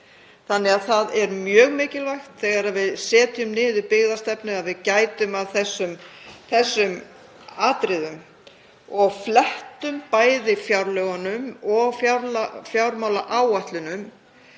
Það er því mjög mikilvægt, þegar við setjum niður byggðastefnu, að við gætum að þessum atriðum og flettum fjárlögunum og fjármálaáætlun,